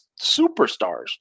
superstars